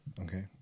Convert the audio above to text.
Okay